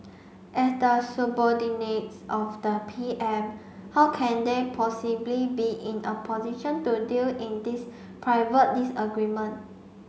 as the subordinates of the P M how can they possibly be in a position to deal in this private disagreement